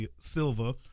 Silva